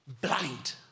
blind